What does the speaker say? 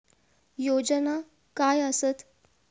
योजना काय आसत?